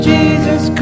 Jesus